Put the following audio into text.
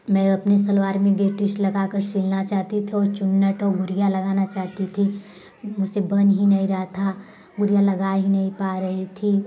मैं अपने सलवार मे गेटिस लगा के सिलना चाहती थी और चुन्नट और गुरिया लगाना चाहती थी मुझसे बन ही नहीं रहा था गुरिया लगा ही नहीं पा रही थी